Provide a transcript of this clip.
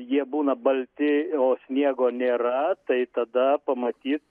jie būna balti o sniego nėra tai tada pamatyt